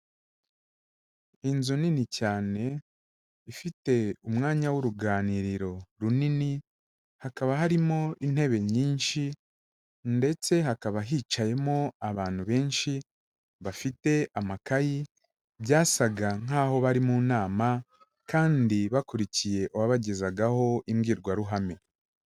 Inzu nini cyane ifite umwanya w'uruganiriro runini, hakaba harimo intebe nyinshi ndetse hakaba hicayemo abantu benshi bafite amakayi, byasaga nkaho bari mu nama kandi bakurikiye uwabagezagaho imbwirwaruhame.